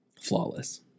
Flawless